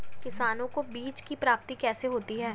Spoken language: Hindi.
किसानों को बीज की प्राप्ति कैसे होती है?